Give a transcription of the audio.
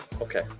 Okay